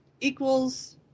equals